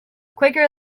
quicker